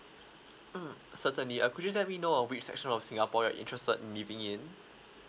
mm certainly err could you let me know err which section of singapore you're interested in living in